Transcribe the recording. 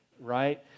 right